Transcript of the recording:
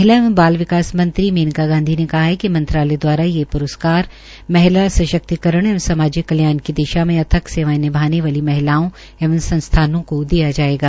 महिला एवं बाल विकास मंत्री मेनका गांधी ने कहा कि मंत्रालय दवारा ये प्रस्कार महिला सश्क्तिकरण एवं सामाजिक कल्याण की दिशा में अथक सेवाये निभाने वाली महिलाओं एवं संसथानों को दिया जायेगा